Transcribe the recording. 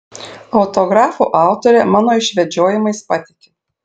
autografų autorė mano išvedžiojimais patiki